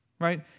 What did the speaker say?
right